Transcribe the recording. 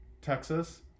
texas